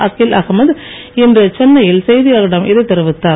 அக்கீல் அகமது இன்று சென்னையில் செய்தியாளர்களிடம் இதை தெரிவித்தார்